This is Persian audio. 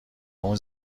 اون